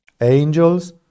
angels